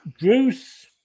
Bruce